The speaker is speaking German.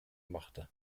machte